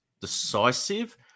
decisive